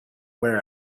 wear